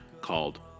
called